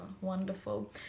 Wonderful